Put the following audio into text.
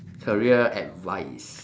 career advice